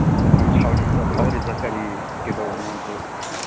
ꯁꯨꯝ ꯁꯥꯎꯅꯤꯡꯕ ꯐꯥꯎꯔꯤꯕ꯭ꯔꯥ ꯀꯔꯤ ꯀꯩꯗꯧꯕꯅꯣ ꯑꯗꯨ